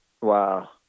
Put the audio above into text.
Wow